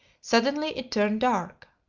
suddenly it turned dark.